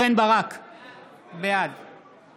בעד